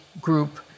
group